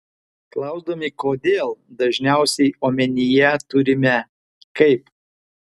klausdami kodėl dažniausiai omenyje turime kaip